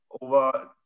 over